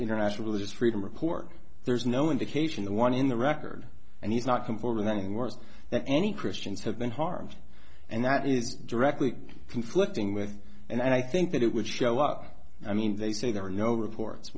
international religious freedom report there's no indication the one in the record and he's not conforming any worse that any christians have been harmed and that is directly conflicting with and i think that it would show what i mean they say there are no reports